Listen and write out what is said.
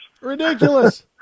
Ridiculous